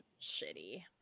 shitty